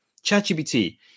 ChatGPT